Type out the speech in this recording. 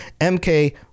MK